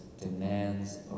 demands